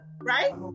right